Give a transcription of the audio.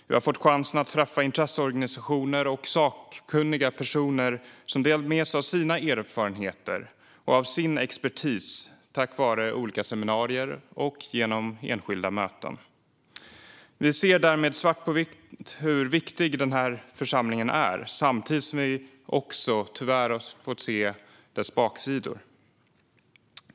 Vi har fått chansen att träffa intresseorganisationer och sakkunniga personer som har delat med sig av sina erfarenheter och sin expertis vid olika seminarier och enskilda möten. Vi ser därmed svart på vitt hur viktig denna församling är. Samtidigt har vi tyvärr också fått se dess baksidor.